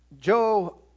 Joe